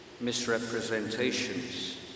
misrepresentations